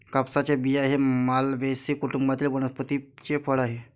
कापसाचे बिया हे मालवेसी कुटुंबातील वनस्पतीचे फळ आहे